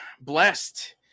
blessed